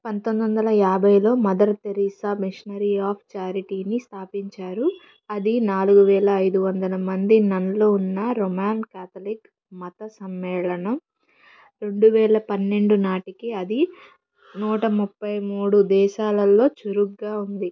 పంతొమ్మిది వందల యాభైలో మదర్ తెరిస్సా మిషనరీ ఆఫ్ ఛారిటీని స్థాపించారు అది నాలుగు వేల అయిదు వందల మంది నన్లు ఉన్న రొమాన్ క్యాతలిక్ మత సమ్మేళనం రెండు వేల పన్నెండు నాటికి అది నూట ముప్పై మూడు దేశాలలో చురుగ్గా ఉంది